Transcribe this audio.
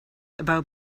about